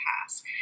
past